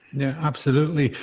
yeah, absolutely.